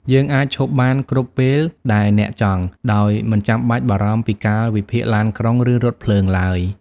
យើងអាច ឈប់បានគ្រប់ពេលដែលអ្នកចង់ ដោយមិនចាំបាច់បារម្ភពីកាលវិភាគឡានក្រុង ឬរថភ្លើងឡើយ។